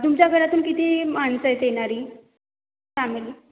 तुमच्या घरातून किती माणसं येत येणारी फॅमिली